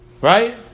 Right